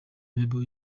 label